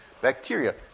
bacteria